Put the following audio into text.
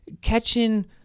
catching